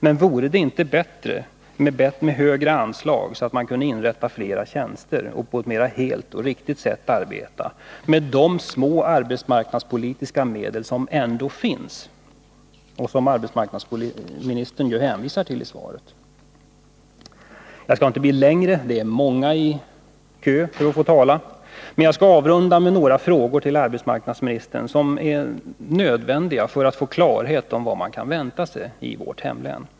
Men vore det inte bättre med högre anslag, så att man kunde inrätta flera tjänster och på ett mera helt och riktigt sätt arbeta med de små arbetsmarknadspolitiska medel som ändå finns och som arbetsmarknadsministern hänvisar till i svaret? Jag skall inte uppehålla mig längre vid detta — det står många i kö för att få tala — utan jag vill avrunda med några frågor till arbetsmarknadsministern som det är nödvändigt att få svar på för att få klarhet i vad man kan vänta sig i vårt län.